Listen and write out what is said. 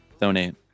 donate